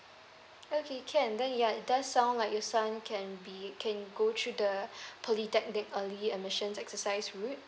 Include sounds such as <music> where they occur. okay can then you're that sound like your son can be can go through the <breath> polytechnic early admissions exercise route